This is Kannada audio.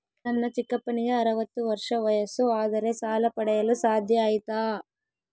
ನನ್ನ ಚಿಕ್ಕಪ್ಪನಿಗೆ ಅರವತ್ತು ವರ್ಷ ವಯಸ್ಸು ಆದರೆ ಸಾಲ ಪಡೆಯಲು ಸಾಧ್ಯ ಐತಾ?